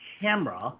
camera